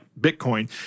Bitcoin